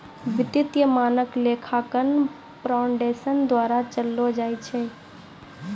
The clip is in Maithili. वित्तीय मानक लेखांकन फाउंडेशन द्वारा चलैलो जाय छै